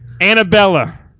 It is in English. Annabella